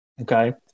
Okay